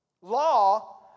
Law